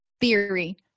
theory